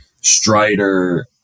Strider